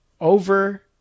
over